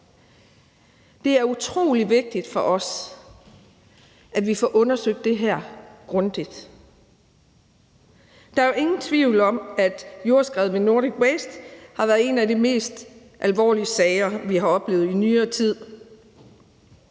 Det er utroligt vigtigt for os, at vi får undersøgt det her grundigt. Der er jo ingen tvivl om, at jordskredet ved Nordic Waste har været en af de mest alvorlige sager, vi har oplevet i nyere tid,